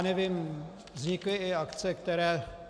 Nevím, vznikly i akce, které...